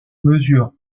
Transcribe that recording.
mesure